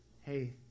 hey